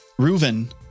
Reuven